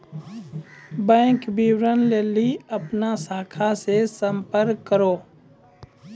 bank विबरण लेली अपनो शाखा से संपर्क करो